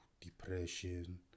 depression